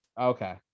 okay